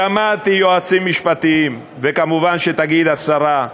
שמעתי יועצים משפטיים, וכמובן תגיד השרה: